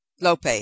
lope